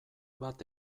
bat